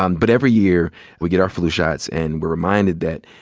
um but every year we get our flu shots, and we're reminded that,